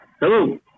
Hello